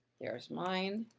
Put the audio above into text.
here's mine.